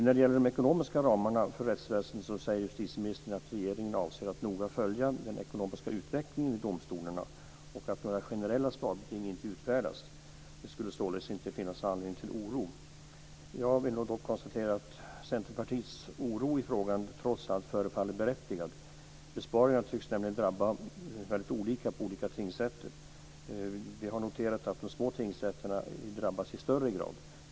När det gäller de ekonomiska ramarna för rättsväsendet säger justitieministern att regeringen avser att noga följa den ekonomiska utvecklingen vid domstolarna och att några generella sparbeting inte utfärdats. Det skulle således inte finnas anledning till oro. Jag vill då konstatera att Centerpartiets oro i frågan trots allt förefaller berättigad. Besparingarna tycks nämligen drabba olika tingsrätter väldigt olika. Vi har noterat att de små tingsrätterna drabbas i högre grad.